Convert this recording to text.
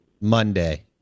Monday